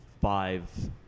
five –